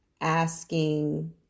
asking